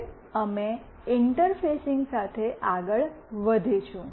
હવે અમે ઇન્ટરફેસિંગ સાથે આગળ વધશું